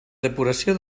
depuració